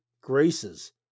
graces